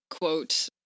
quote